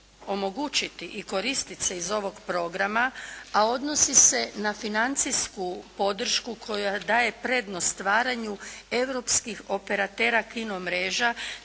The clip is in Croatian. omogućiti i koristit se iz ovog programa, a odnosi se na financijsku podršku koja daje prednost stvaranju europskih operatera kino mreža